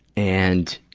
and,